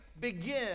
begin